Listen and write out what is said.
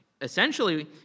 essentially